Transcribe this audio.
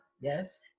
Yes